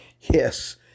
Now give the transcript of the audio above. yes